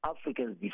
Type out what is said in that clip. Africans